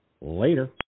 Later